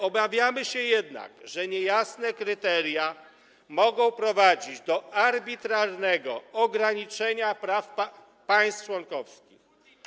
Obawiamy się jednak, że niejasne kryteria mogą prowadzić do arbitralnego ograniczenia praw państw członkowskich.